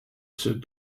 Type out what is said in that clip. said